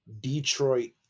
Detroit